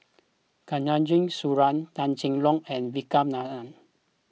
Khatijah Surattee Tan Cheng Lock and Vikram Nair